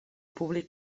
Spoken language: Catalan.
públic